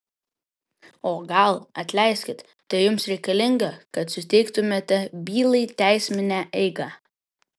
o gal atleiskit tai jums reikalinga kad suteiktumėte bylai teisminę eigą